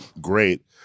great